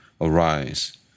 Arise